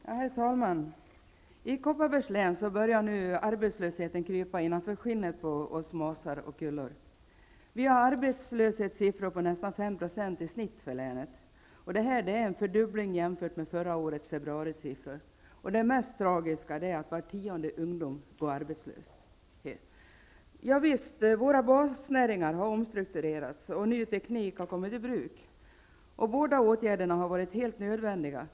Herr talman! I Kopparbergs län börjar nu arbetslösheten krypa innanför skinnet på oss masar och kullor. Vi har arbetslöshetssiffror på nästan 5 % i snitt för länet. Det är en fördubbling jämfört med förra årets februarisiffror. Det mest tragiska är att var tionde ungdom går arbetslös. Ja visst, våra basnäringar har omstrukturerats och ny teknik har kommit i bruk. Båda åtgärderna har varit helt nödvändiga.